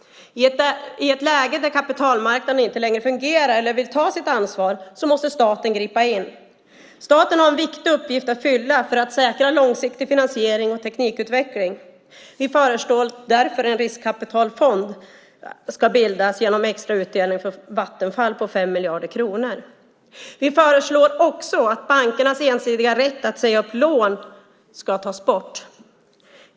I ett läge där kapitalmarknaden inte längre fungerar eller inte vill ta sitt ansvar måste staten gripa in. Staten har en viktig uppgift att fylla för att säkra långsiktig finansiering och teknikutveckling. Vi föreslår därför att en riskkapitalfond bildas genom en extra utdelning från Vattenfall på 5 miljarder kronor. Vi föreslår också att bankernas ensidiga rätt att säga upp lån ska tas bort.